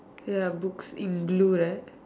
ya books in blue right